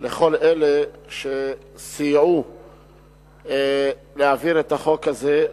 לכל אלה שסייעו להעביר את החוק הזה,